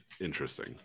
Interesting